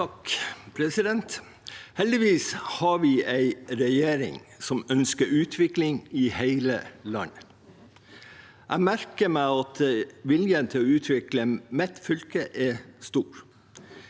(Sp) Heldigvis har vi en regjering som ønsker utvikling i hele landet. Jeg merker meg at viljen til å utvikle mitt fylke er stor.